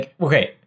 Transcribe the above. Okay